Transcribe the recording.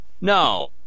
No